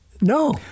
No